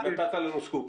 נתת לנו סקופ.